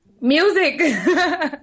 music